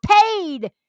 paid